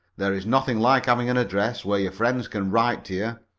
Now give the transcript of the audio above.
there's nothing like having an address where your friends can write to you,